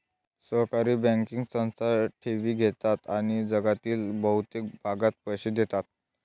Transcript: सहकारी बँकिंग संस्था ठेवी घेतात आणि जगातील बहुतेक भागात पैसे देतात